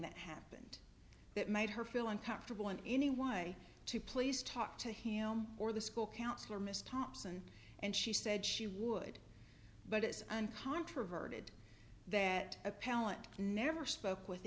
that happened that made her feel uncomfortable in any way to please talk to him or the school counselor miss thompson and she said she would but it's uncontroverted that appellant never spoke with